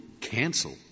cancel